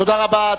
תודה רבה.